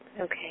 Okay